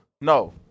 No